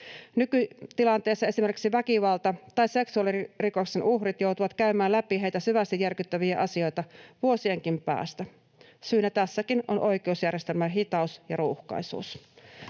Nykytilanteessa esimerkiksi väkivalta- tai seksuaalirikoksen uhrit joutuvat käymään läpi heitä syvästi järkyttäviä asioita vuosienkin päästä. Syynä tässäkin on oikeusjärjestelmän hitaus ja ruuhkaisuus.